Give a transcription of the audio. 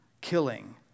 Killing